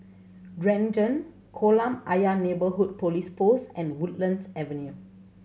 Renjong Kolam Ayer Neighbourhood Police Post and Woodlands Avenue